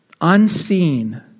unseen